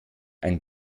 ein